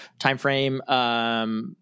timeframe